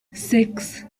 six